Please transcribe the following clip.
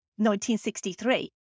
1963